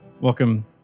welcome